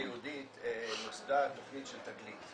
כשהייתי בסוכנות היהודית נוסדה התכנית של 'תגלית',